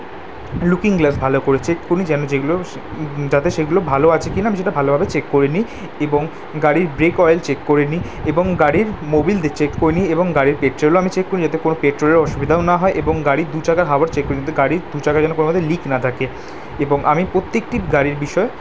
looking glass ভালো করে check করি যেন যেগুলো সে যাতে সেগুলো ভালো আছে কি না আমি সেটা ভালোভাবে চেক করে নিই এবং গাড়ির ব্রেক অয়েল চেক করে নিই এবং গাড়ির মোবিল দে চেক করে নিই এবং গাড়ির পেট্রোলও আমি চেক করে নিই যাতে কোনো পেট্রোলের অসুবিধাও না হয় এবং গাড়ির দু চাকার হাওয়ার চেক করে নিই গাড়ির দু চাকা যেন কোনোভাবে লিক না থাকে এবং আমি প্রত্যেকটি গাড়ির বিষয়ে